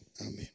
Amen